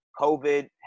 COVID